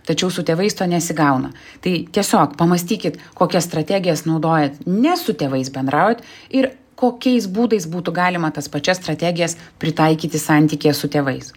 tačiau su tėvais to nesigauna tai tiesiog pamąstykit kokias strategijas naudojat ne su tėvais bendraut ir kokiais būdais būtų galima tas pačias strategijas pritaikyti santykyje su tėvais